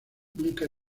nunca